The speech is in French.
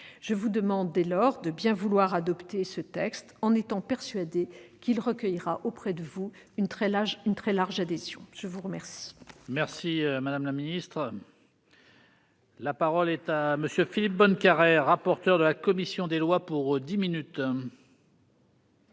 Je vous demande ainsi de bien vouloir adopter ce texte, en étant persuadée qu'il recueillera auprès de vous une très large adhésion. La parole